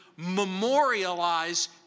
Memorialize